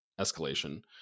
escalation